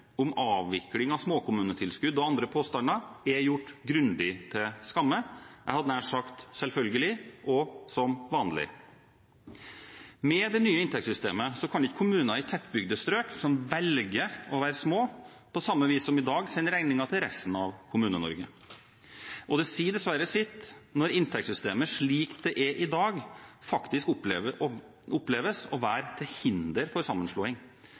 om avvikling av småkommunetilskudd og andre påstander er gjort grundig til skamme. Jeg hadde nær sagt selvfølgelig – og som vanlig. Med det nye inntektssystemet kan ikke kommuner i tettbygde strøk, som velger å være små, på samme vis som i dag sende regningen til resten av Kommune-Norge. Det sier dessverre sitt når inntektssystemet slik det er i dag, faktisk oppleves å være til hinder for sammenslåing